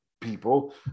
people